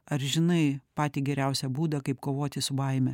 ar žinai patį geriausią būdą kaip kovoti su baime